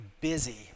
busy